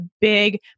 big